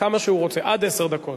כמה שהוא רוצה, עד עשר דקות.